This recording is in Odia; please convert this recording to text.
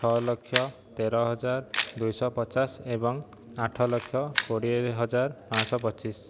ଛଅଲକ୍ଷ ତେର ହଜାର ଦୁଇଶହ ପଚାଶ ଏବଂ ଆଠଲକ୍ଷ କୋଡ଼ିଏ ହଜାର ପାଞ୍ଚଶହ ପଚିଶ